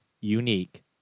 unique